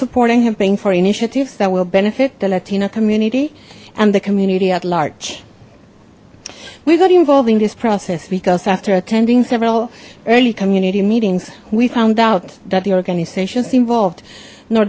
initiatives that will benefit the latino community and the community at large we got involved in this process because after attending several early community meetings we found out that the organizations involved no